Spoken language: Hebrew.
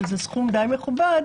שזה סכום די מכובד.